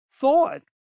thought